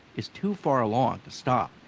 is too far along to stop.